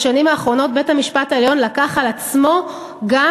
בשנים האחרונות בית-המשפט העליון לקח על עצמו גם